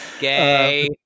gay